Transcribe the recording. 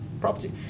property